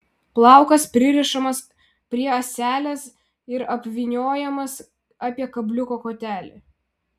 plaukas pririšamas prie ąselės ir apvyniojamas apie kabliuko kotelį